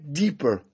deeper